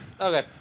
Okay